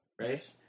right